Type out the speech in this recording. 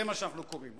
זה מה שאנחנו קוראים.